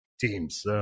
teams